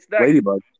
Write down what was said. Ladybug